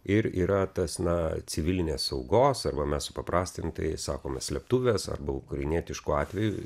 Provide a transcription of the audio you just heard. ir yra tas na civilinės saugos arba mes supaprastintai sakome slėptuvės arba ukrainietišku atveju